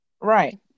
right